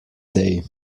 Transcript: day